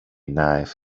knife